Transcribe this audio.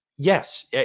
Yes